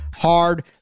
hard